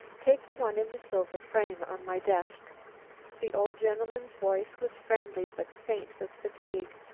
take the one in the silver frame on my desk the old gentleman's voice was friendly but faint with fatigue.